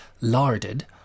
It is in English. larded